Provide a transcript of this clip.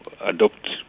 adopt